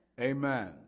Amen